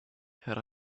had